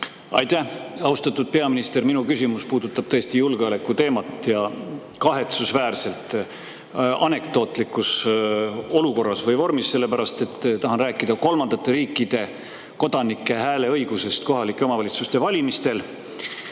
Aitäh! Austatud peaminister! Minu küsimus puudutab tõesti julgeolekuteemat, ja seda kahetsusväärselt anekdootlikus olukorras või vormis, sellepärast et ma tahan rääkida kolmandate riikide kodanike hääleõigusest kohalike omavalitsuste valimistel.